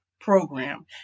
program